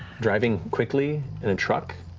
driving quickly in a truck,